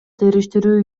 териштирүү